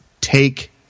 take